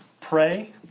Pray